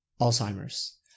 Alzheimer's